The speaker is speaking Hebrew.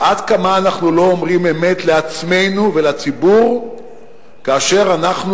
עד כמה אנחנו לא אומרים אמת לעצמנו ולציבור כאשר אנחנו